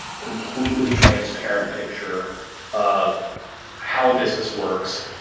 completely transparent picture of how a business works,